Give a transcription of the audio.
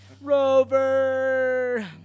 Rover